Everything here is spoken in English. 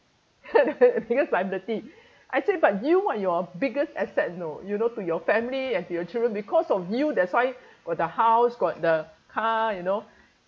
biggest liability I say but you are your biggest assets you know you know to your family and to your children because of you that's why got the house got the car you know